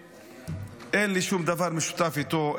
שאין לי שום דבר משותף איתו,